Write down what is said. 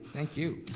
thank you.